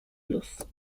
luz